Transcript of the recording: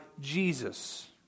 Jesus